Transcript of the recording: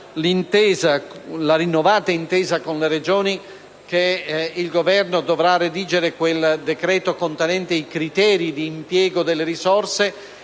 la rinnovata intesa con le Regioni che il Governo dovrà redigere quel decreto contenente i criteri di impiego delle risorse,